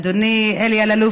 אדוני אלי אלאלוף,